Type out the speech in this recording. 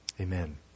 Amen